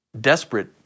desperate